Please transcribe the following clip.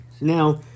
Now